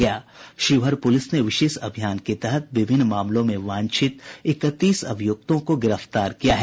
Sheohar police ने विशेष अभियान के तहत विभिन्न मामलों में वांछित इकतीस अभियुक्तों को गिरफ्तार किया है